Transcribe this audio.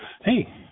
hey